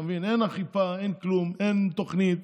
אין אכיפה, אין כלום, אין תוכנית,